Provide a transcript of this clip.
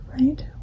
right